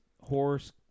horse